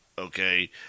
Okay